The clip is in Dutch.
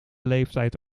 leeftijd